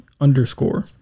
underscore